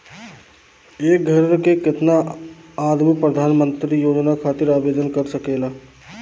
एक घर के केतना आदमी प्रधानमंत्री योजना खातिर आवेदन कर सकेला?